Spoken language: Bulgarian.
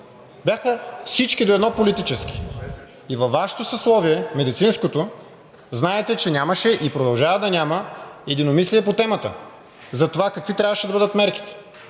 бяха всички до едно политически. Във Вашето съсловие – медицинското, знаете, че нямаше и продължава да няма единомислие по темата за това какви трябваше да бъдат мерките,